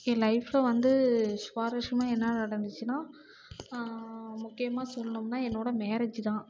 என் லைஃப்பில் வந்து சுவாரஸ்யமாக என்ன நடந்துச்சுன்னா முக்கியமாக சொல்லணும்னா என்னோட மேரேஜ் தான்